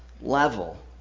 level